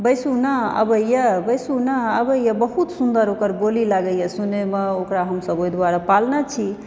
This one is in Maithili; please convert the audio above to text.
बैसु ने अबैया बैसु ने अबैया बहुत सुन्दर ओकर बोली लागैया सुनय मे ओकरा ओहि दुआरे हमसब पालने छी